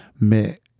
mais